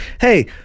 Hey